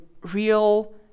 real